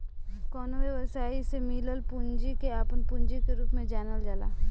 कवनो व्यवसायी के से मिलल पूंजी के आपन पूंजी के रूप में जानल जाला